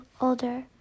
older